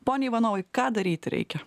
pone ivanovai ką daryti reikia